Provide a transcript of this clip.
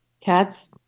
cats